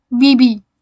bb